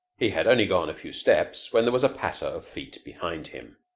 he had only gone a few steps, when there was a patter of feet behind him.